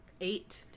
eight